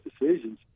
decisions